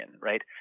right